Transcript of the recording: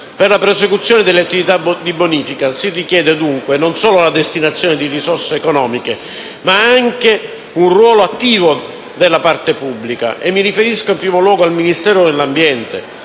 Per la prosecuzione delle attività di bonifica si richiede, dunque, non solo la destinazione di risorse economiche ma anche un ruolo attivo della parte pubblica, e mi riferisco in primo luogo del Ministero dell'ambiente,